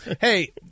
hey